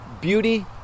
beauty